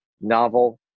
novel